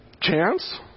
chance